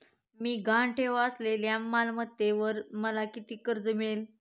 मी गहाण ठेवत असलेल्या मालमत्तेवर मला किती कर्ज मिळेल?